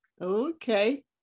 okay